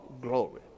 glory